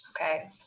Okay